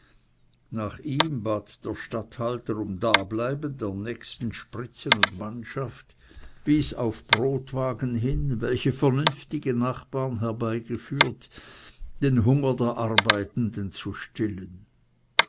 nach ihm bat der statthalter um dableiben der nächsten spritzen und mannschaft wies auf brotwagen hin welche vernünftige nachbaren herbeigeführt den hunger der arbeitenden zu stillen